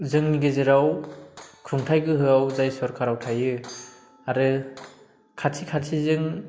जोंनि गेजेराव खुंथाय गोहोआव जाय सरखाराव थायो आरो खाथि खाथिजों